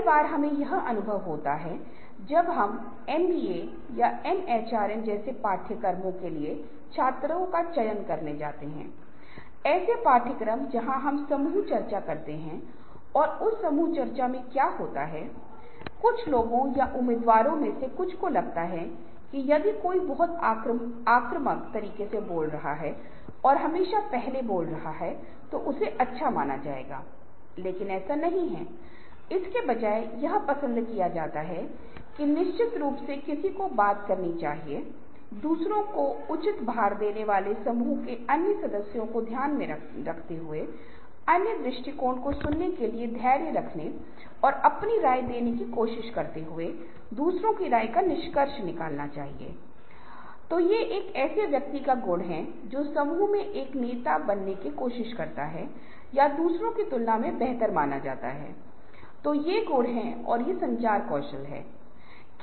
इसलिए यदि यह आपकी अवधारणा है तो आप प्रभावी रूप से उपयोग नहीं कर सकते क्योंकि समय 1640 हमेशा मौजूद रहता है और कभी समाप्त नहीं होता है यह आपकी अवधारणा है तो आप प्रभावी रूप से समय का प्रबंधन नहीं कर सकते हैं और बहुत से लोग एक समय में बहुत सारे काम करना चाहते हैं जो समस्या पैदा करता है और अगर आप तनावग्रस्त हैं या आप लगातार काम कर रहे हैं तो आपकी थकान तो होगी ही मानसिक तनाव भी रहेगा जो अलग अलग कामों को स्मार्ट और प्रभावी ढंग से करने में बाधा बनेगा और अंतिम रूप से सभी काम करेगा और कोई नाटक नहीं होगा हर समय काम होगा लेकिन इसमें कोई ढील नहीं है जो समय प्रबंधन के लिए भी एक बाधा है क्योंकि आप कम नहीं करेंगे आपकी बैटरी को नई गतिविधियों को करने के लिए लगातार रिचार्ज नहीं किया जाएगा